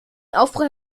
aufprall